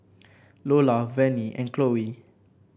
Lolla Vannie and Chloe